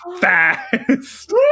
fast